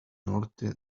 norte